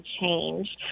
change